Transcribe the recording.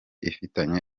ifitanye